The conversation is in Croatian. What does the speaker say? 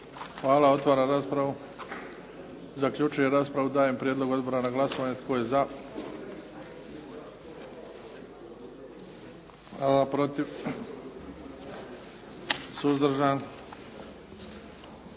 Hvala. Otvaram raspravu. Zaključujem raspravu. Dajem prijedlog odbora na glasovanje. Tko je za? Hvala. Protiv? Suzdržan?